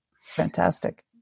Fantastic